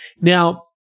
Now